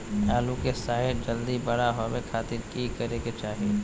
आलू के साइज जल्दी बड़ा होबे खातिर की करे के चाही?